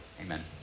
Amen